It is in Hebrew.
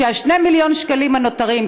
ש-2 מיליון השקלים הנותרים,